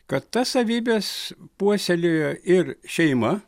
kad tas savybes puoselėjo ir šeima